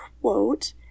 quote